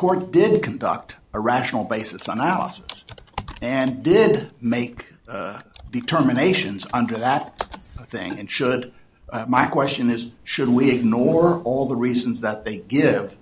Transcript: court did conduct a rational basis analysis and did make determinations under that thing and should my question is should we ignore all the reasons that they give